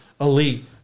elite